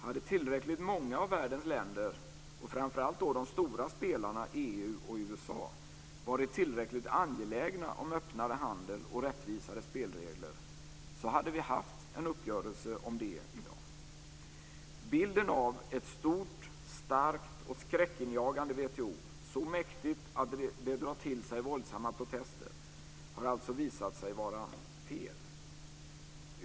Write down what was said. Hade tillräckligt många av världens länder, och framför allt de stora spelarna EU och USA, varit tillräckligt angelägna om öppnare handel och rättvisare spelregler hade vi haft en uppgörelse om det i dag. Bilden av ett stort, starkt och skräckinjagande WTO, så mäktigt att det drar till sig våldsamma protester, har alltså visat sig vara fel.